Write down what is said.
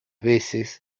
veces